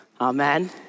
Amen